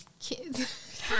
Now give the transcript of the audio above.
kids